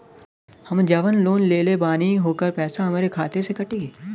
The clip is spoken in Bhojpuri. हम जवन लोन लेले बानी होकर पैसा हमरे खाते से कटी?